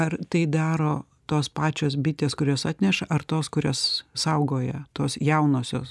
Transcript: ar tai daro tos pačios bitės kurios atneša ar tos kurios saugoja tos jaunosios